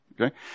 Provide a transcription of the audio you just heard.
Okay